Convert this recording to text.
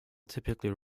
typically